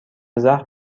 زخم